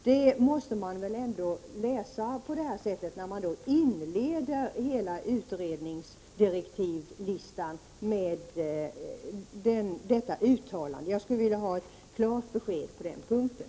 Den uppfattningen måste man väl ändå få, när utskottet inleder utredningsdirektiven med detta uttalande. Jag vill ha ett klart besked på den punkten.